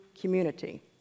community